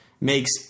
makes